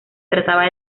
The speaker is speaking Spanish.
trataba